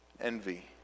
envy